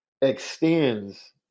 extends